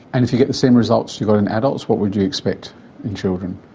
and if you get the same results you got in adults what would you expect in children?